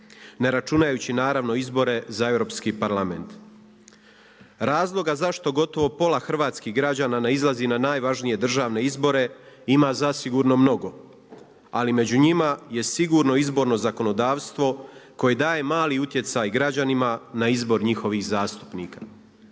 ne računajući naravno izbore za Europski parlament. Razloga zašto gotovo pola hrvatskih građana ne izlazi na najvažnije državne izbore ima zasigurno mnogo, ali među njima je sigurno izborno zakonodavstvo koje daje mali utjecaj građanima na izbor njihovih zastupnika.